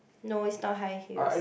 no it's not high heels